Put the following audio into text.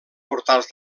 portals